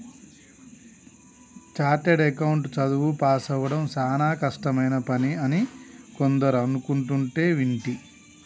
chartered account చదువు పాసవ్వడం చానా కష్టమైన పని అని కొందరు అనుకుంటంటే వింటి